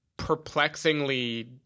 perplexingly